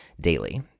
daily